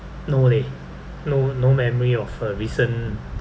no leh no no memory of a recent